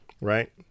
right